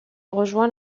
rejoint